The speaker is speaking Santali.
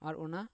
ᱟᱨ ᱚᱱᱟ